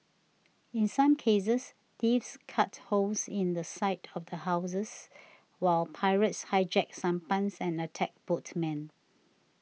in some cases thieves cut holes in the side of the houses while pirates hijacked sampans and attacked boatmen